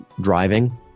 driving